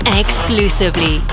exclusively